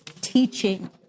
Teaching